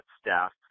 staff